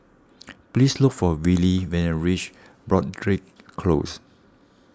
please look for Willy when you reach Broadrick Close